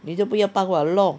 你都不要帮我弄